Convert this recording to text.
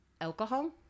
alcohol